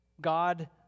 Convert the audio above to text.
God